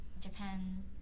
Japan